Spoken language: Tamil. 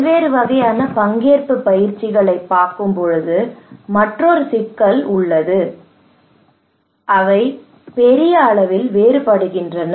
பல்வேறு வகையான பங்கேற்பு பயிற்சிகளைப் பார்க்கும்போது மற்றொரு சிக்கல் உள்ளது அவை பெரிய அளவில் வேறுபடுகின்றன